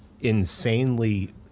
insanely